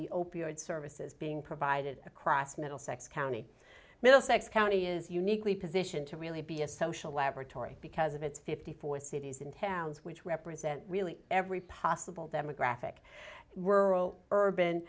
the opioid services being provided across middlesex county middlesex county is uniquely positioned to really be a social laboratory because of its fifty four cities and towns which represent really every possible demographic rural urban